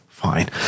fine